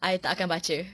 I tak akan baca